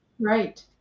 right